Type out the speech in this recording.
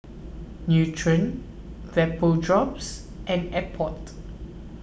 Nutren Vapodrops and Abbott